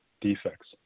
defects